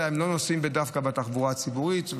הם לא נוסעים דווקא בתחבורה הציבורית,